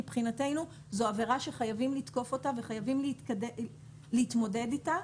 מבחינתנו זו עבירה שחייבים לתקוף אותה וחייבים להתמודד איתה.